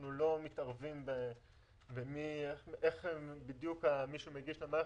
אנחנו לא מתערבים באיך בדיוק מי שמגיש למערכת,